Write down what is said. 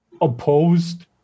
opposed